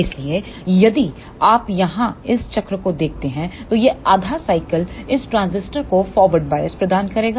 इसलिए यदि आप यहां इस चक्र को देखते हैं तो यह आधा साइकिल इस ट्रांजिस्टर को फॉरवार्ड बॉयस प्रदान करेगा